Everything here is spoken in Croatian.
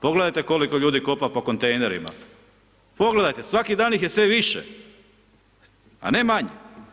Pogledajte koliko ljudi kopa po kontejnerima, pogledajte, svaki dan ih je sve više, a ne manje.